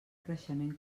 creixement